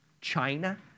China